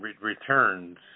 returns